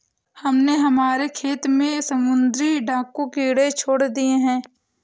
हमने हमारे खेत में समुद्री डाकू कीड़े छोड़ दिए हैं